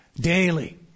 Daily